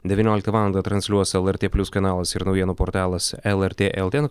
devynioliktą valandą transliuos lrt plius kanalas ir naujienų portalas lrt lt